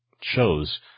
shows